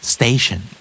Station